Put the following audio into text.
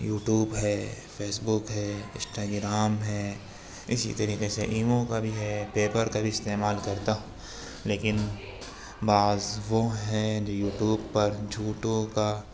YouTube ہے Facebook ہے Instagram ہے اسی طریقے سے ایمو کا بھی ہے پیپر کا بھی استعمال کرتا ہوں لیکن بعض وہ ہیں جو یوٹوب پر جھوٹوں کا